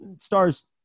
Stars